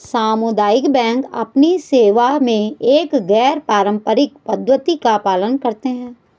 सामुदायिक बैंक अपनी सेवा में एक गैर पारंपरिक पद्धति का पालन करते हैं